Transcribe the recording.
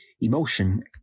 emotion